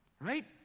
Right